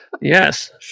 Yes